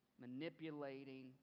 manipulating